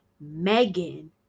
Megan